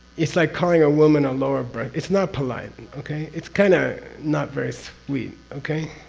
it's like calling a woman a lower birth. it's not polite. and okay? it's kind of not very sweet okay?